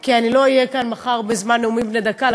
כי אני לא אהיה כאן מחר בזמן נאומים בני דקה,